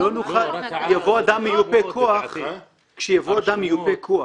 כשיבוא אדם מיופה כוח